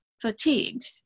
fatigued